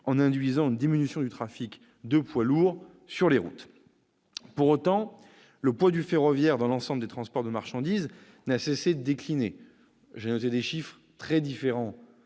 la diminution induite du trafic de poids lourds sur les routes. Pour autant, le poids du ferroviaire dans l'ensemble des transports de marchandises n'a cessé de décliner. J'ai noté des chiffres très différents